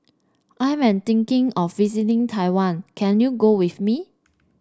I am thinking of visiting Taiwan can you go with me